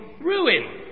ruin